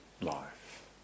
life